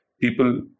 People